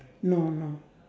no no